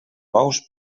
bous